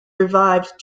revived